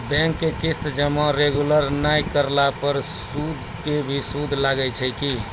Bank के किस्त जमा रेगुलर नै करला पर सुद के भी सुद लागै छै कि?